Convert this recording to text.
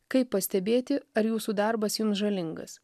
kaip pastebėti ar jūsų darbas jums žalingas